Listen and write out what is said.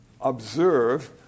observe